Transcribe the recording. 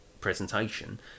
presentation